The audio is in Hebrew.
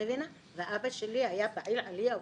ואבא שלי היה פעיל עלייה.